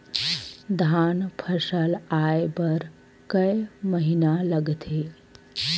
धान फसल आय बर कय महिना लगथे?